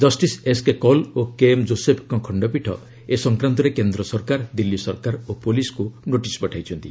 justice SK Kaul ଓ KM ଯୋଶେଫ୍ଙ୍କ ଖଣ୍ଡପୀଠ ଏ ସଂକ୍ରାନ୍ତରେ କେନ୍ଦ୍ର ସରକାର ଦିଲ୍ଲୀ ସରକାର ଓ ପୁଲିସ୍କୁ ନୋଟିସ୍ ପଠାଇଛନ୍ତି